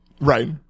Right